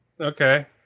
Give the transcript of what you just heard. Okay